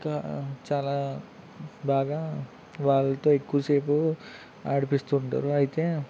ఇంకా చాలా బాగా వాళ్ళతో ఎక్కువసేపు ఆడిపిస్తుంటారు అయితే